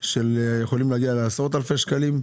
ויכולים להגיע לעשרות אלפי שקלים.